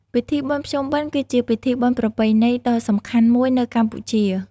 ពិធីបុណ្យភ្ជុំបិណ្ឌ គឺជាពិធីបុណ្យប្រពៃណីដ៏សំខាន់មួយនៅកម្ពុជា។